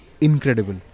incredible